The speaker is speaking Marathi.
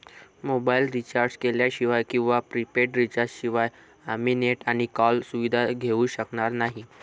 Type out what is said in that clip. मोबाईल रिचार्ज केल्याशिवाय किंवा प्रीपेड रिचार्ज शिवाय आम्ही नेट आणि कॉल सुविधा घेऊ शकणार नाही